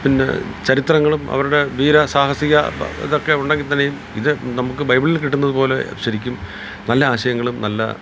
പിന്നെ ചരിത്രങ്ങളും അവരുടെ വീര സാഹസിക ഇതൊക്കെ ഉണ്ടെങ്കിൽ തന്നെയും ഇതു നമുക്ക് ബൈബിളിൽ കിട്ടുന്നത് പോലെ ശരിക്കും നല്ല ആശയങ്ങളും നല്ല